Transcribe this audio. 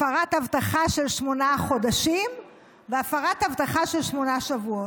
הפרת הבטחה של שמונה חודשים והפרת הבטחה של שמונה שבועות.